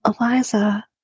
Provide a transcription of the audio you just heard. Eliza